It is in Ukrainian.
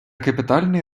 капітальний